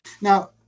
Now